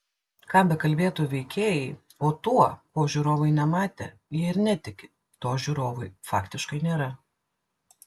ką bekalbėtų veikėjai o tuo ko žiūrovai nematė jie ir netiki to žiūrovui faktiškai nėra